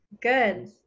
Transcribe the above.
Good